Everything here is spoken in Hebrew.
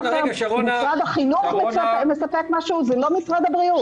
אם משרד החינוך מספק משהו זה לא משרד הבריאות.